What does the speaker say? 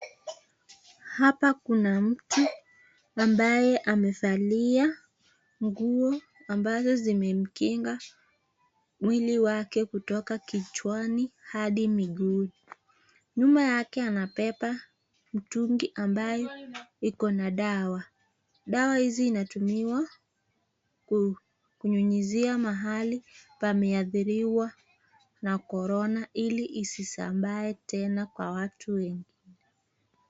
Hapa kuna mtu ambaye amevalia nguo ambazo zimemkinga mwili wake kutoka kichwani hadi miguuni. Nyuma yake anabeba mtungi ambaye iko na dawa. Dawa hizi zinatumiwa kunyunyuzia mahali pameathiriwa na korona ili isisambae kwa watu wengi.